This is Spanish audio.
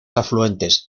afluentes